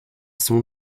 sohn